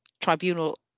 Tribunal